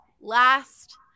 last